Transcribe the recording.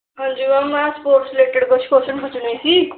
ਹਾਂਜੀ ਮੈਮ ਮੈਂ sports related ਕੁਛ ਕੋਸ਼ਨ ਪੁੱਛਣੇ ਸੀ